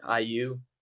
IU